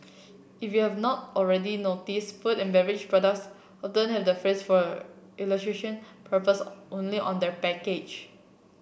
if you have not already noticed food and beverage products often have the phrase for illustration purpose only on their package